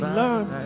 learn